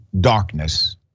darkness